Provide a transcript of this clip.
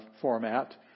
format